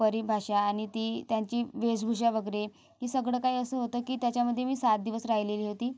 परिभाषा आणि ती त्यांची वेशभूषा वगैरे हे सगळं काही असं होतं की त्याच्यामध्ये मी सात दिवस राहिलेली होती